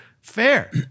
fair